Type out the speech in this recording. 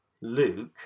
Luke